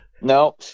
No